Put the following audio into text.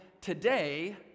today